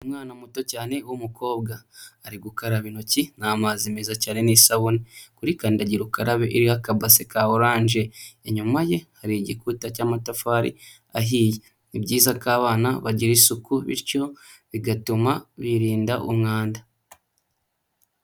Umwana muto cyane w'umukobwa, ari gukaraba intoki n'amazi meza cyane n'isabune kuri kandagira ukarabe iriho akabase ka oranje, inyuma ye hari igikuta cy'amatafari ahiye, ni byiza ko abana bagira isuku bityo bigatuma birinda umwanda.